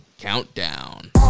Countdown